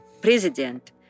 president